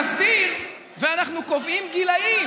נסדיר, ואנחנו קובעים גילים.